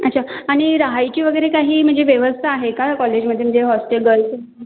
अच्छा आणि राहायची वगैरे काही म्हणजे व्यवस्था आहे का कॉलेजमध्ये म्हणजे हॉस्टेल गर्ल्स